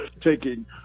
taking